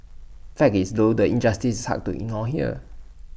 fact is though the injustice is hard to ignore here